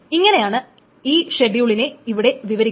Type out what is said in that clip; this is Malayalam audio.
ഇങ്ങനെയാണ് ഈ ഷെഡ്യൂളിനെ ഇവിടെ വിവരിക്കുന്നത്